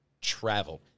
Travel